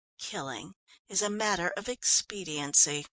killing is a matter of expediency.